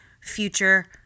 future